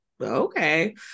okay